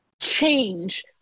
change